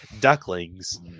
ducklings